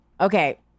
Okay